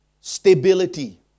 stability